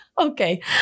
okay